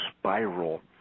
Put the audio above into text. spiral